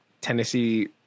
Tennessee